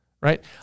right